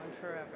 forever